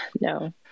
No